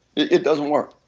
it doesn't work.